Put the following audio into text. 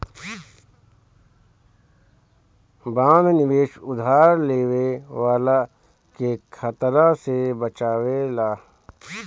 बंध निवेश उधार लेवे वाला के खतरा से बचावेला